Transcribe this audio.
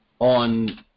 on